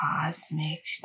cosmic